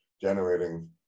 generating